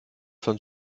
von